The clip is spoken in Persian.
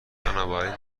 بنابراین